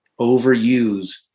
overuse